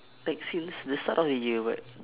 like since the start of the year but